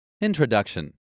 Introduction